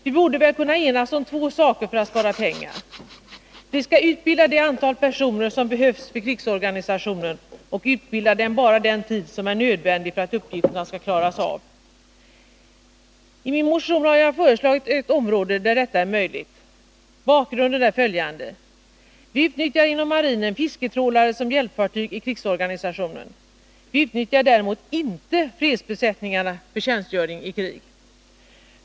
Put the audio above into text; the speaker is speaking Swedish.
Vi borde väl kunna enas om två saker för att spara pengar: Vi skall utbilda det antal personer som behövs för krigsorganisationen, och vi skall utbilda dem bara den tid som är nödvändig för att uppgifterna skall klaras av. I min motion har jag nämnt ett område där detta är möjligt. Bakgrunden är följande. Vi utnyttjar inom marinen fisketrålare som hjälpfartyg i krigsorganisationen. Vi utnyttjar däremot inte fredsbesättningarna för tjänstgöring i krig.